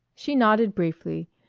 she nodded briefly,